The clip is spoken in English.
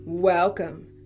Welcome